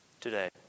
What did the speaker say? today